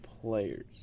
players